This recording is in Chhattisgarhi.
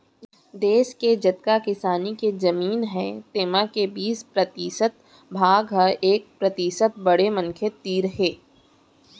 देस के जतका किसानी के जमीन हे तेमा के बीस परतिसत भाग ह एक परतिसत बड़े मनखे तीर हे